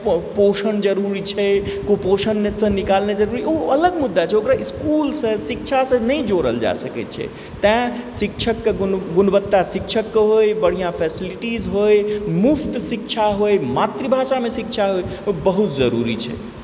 पो पोषण जरूरी छै कुपोषण सँ निकालने जरूरी ओ अलग मुद्दा छै ओकरा इसकुलसँ शिक्षासँ नहि जोड़ल जा सकय छै तैं शिक्षकके गुणवत्ता शिक्षक होइ बढ़िआँ फैसलिटिज होइ मुफ्त शिक्षा होइ मातृभाषामे शिक्षा होइ ओ बहुत जरूरी छै